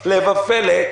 הפלא ופלא,